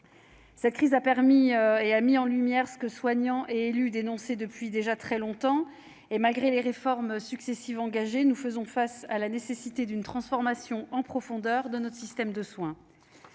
de la covid-19. Elle a mis en lumière ce que soignants et élus dénonçaient depuis déjà trop longtemps : malgré les réformes successives engagées, nous faisons face à la nécessité d'une transformation en profondeur de notre système de soins.